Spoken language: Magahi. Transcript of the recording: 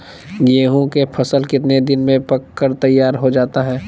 गेंहू के फसल कितने दिन में पक कर तैयार हो जाता है